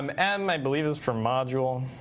um m i believe is for module.